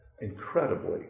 incredibly